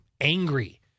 angry